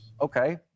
Okay